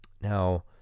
Now